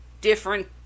different